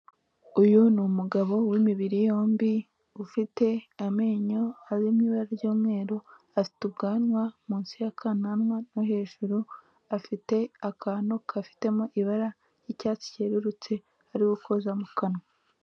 Uyu ni umugabo w'imibiri yombi, ufite amenyo ari mu ibara ry'umweru, afite ubwanwa munsi y'akananwa no hejuru, afite akantu gafitemo ibara ry'icyatsi ryerurutse ari gukoza mu kanwa.